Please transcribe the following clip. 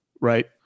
right